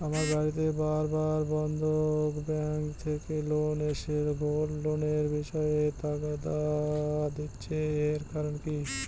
আমার বাড়িতে বার বার বন্ধন ব্যাংক থেকে লোক এসে গোল্ড লোনের বিষয়ে তাগাদা দিচ্ছে এর কারণ কি?